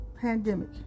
pandemic